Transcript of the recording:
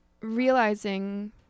realizing